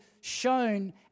shown